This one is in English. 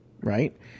right